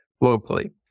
locally